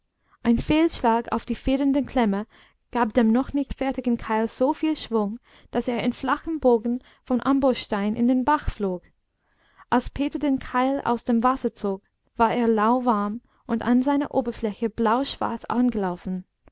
ein fehlschlag auf die federnde klemme gab dem noch nicht fertigen keil so viel schwung daß er in flachem bogen vom amboßstein in den bach flog als peter den keil aus dem wasser zog war er lauwarm und an seiner oberfläche blauschwarz angelaufen